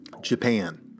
Japan